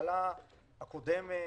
שהממשלה הקודמת,